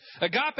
Agape